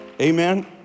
Amen